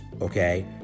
okay